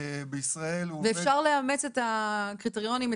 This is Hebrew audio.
ואפשר לאמץ את הקריטריונים,